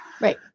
Right